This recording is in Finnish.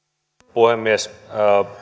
puhemies